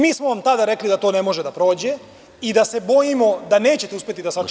Mi smo vam tada rekli da to ne može da prođe i da se bojimo da neće uspeti da sačuvate…